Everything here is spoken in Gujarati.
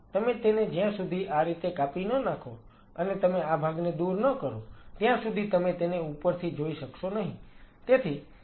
તમે તેને જ્યાં સુધી આ રીતે કાપી ન નાખો અને તમે આ ભાગને દૂર ન કરો ત્યાં સુધી તમે તેને ઉપરથી જોઈ શકશો નહીં